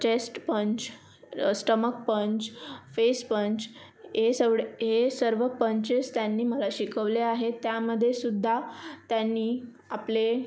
chest punch stomach punch face punch ये सवड हे सर्व पंचेस त्यांनी मला शिकवले आहेत त्यामध्ये सुद्धा त्यांनी आपले